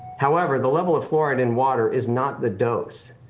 however, the level of fluoride in water is not the dose.